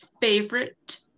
favorite